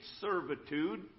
servitude